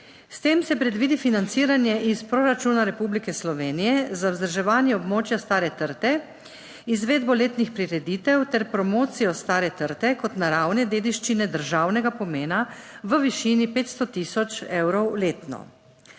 S tem se predvidi financiranje iz proračuna Republike Slovenije za vzdrževanje območja Stare trte, izvedbo letnih prireditev ter promocijo Stare trte kot naravne dediščine državnega pomena v višini 500000 evrov letno.